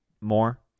more